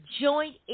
joint